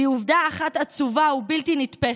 זה עובדה אחת עצובה ובלתי נתפסת: